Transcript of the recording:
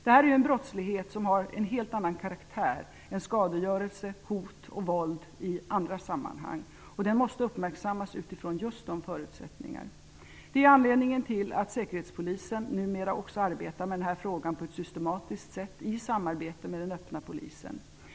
Detta är en brottslighet som har en helt annan karaktär än skadegörelse, hot och våld i andra sammanhang. Denna brottslighet måste uppmärksammas utifrån just de förutsättningarna. Det är anledningen till att säkerhetspolisen numera också arbetar med den här frågan på ett systematiskt sätt i samarbete med den öppna polisen.